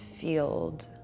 field